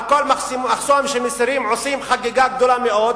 על כל מחסום שמסירים עושים חגיגה גדולה מאוד,